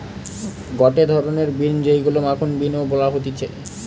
গটে ধরণের বিন যেইগুলো মাখন বিন ও বলা হতিছে